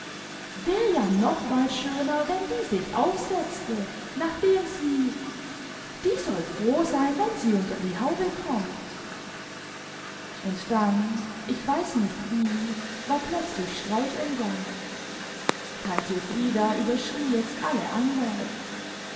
war ja noch mal schöner wenn die sich aufsetzte nachdem sie die soll froh sein wenn sie unter die haube kommt und dann ich weiß nicht wie war plötzlich streit im gange tante frieda überschrie jetzt alle andern